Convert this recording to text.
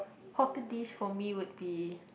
hawker dish for me would be